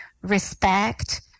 respect